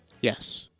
Yes